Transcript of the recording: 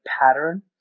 pattern